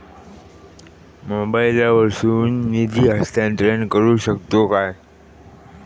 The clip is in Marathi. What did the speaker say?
मोबाईला वर्सून निधी हस्तांतरण करू शकतो काय?